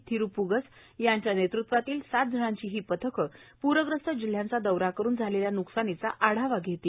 थिरूप्गझ यांच्या नेतृत्वाखालील सात जणांची ही पथकं प्रग्रस्त जिल्ह्यांचा दौरा करुन झालेल्या न्कसानीचा आढावा घेणार आहेत